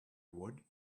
would